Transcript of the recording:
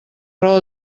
raó